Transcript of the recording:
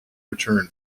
return